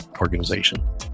organization